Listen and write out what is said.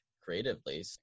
creatively